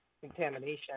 contamination